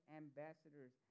ambassadors